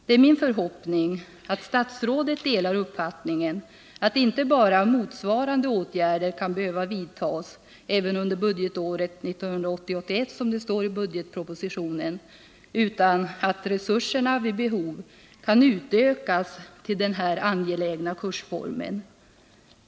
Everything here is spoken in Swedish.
Det är min förhoppning att statsrådet delar uppfattningen att inte bara ”motsvarande åtgärder kan behöva vidtas även under budgetåret 1980/81”, som det står i budgetpropositionen, utan att resurserna — vid behov — kan utökas till den här angelägna kursformen.